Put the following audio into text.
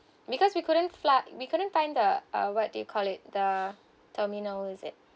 because we couldn't flat we couldn't find the uh what do you call it the terminal is it